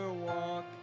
walk